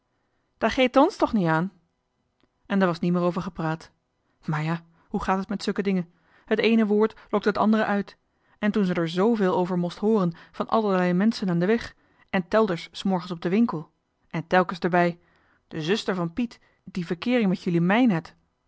geet ns toch nie an en d'er was nie meer over gepraat maar ja hoe gaat het met zukke dingen het eene woord lokt het andere uit en toen ze d'er zveel over most hooren van alderlei menschen aan de weg en telders s morgens op de winkel en telke's d'er bij de zuster van piet die verkeering met jullie mijn he't